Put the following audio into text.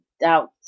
doubt